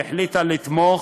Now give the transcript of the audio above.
והיא החליטה לתמוך,